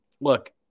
look